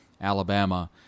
Alabama